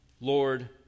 Lord